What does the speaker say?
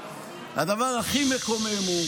הדבר הכי מקומם הוא